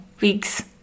weeks